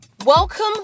Welcome